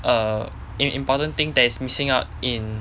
err important thing that is missing out in